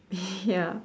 ya